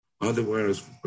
Otherwise